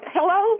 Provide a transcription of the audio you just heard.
Hello